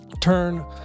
turn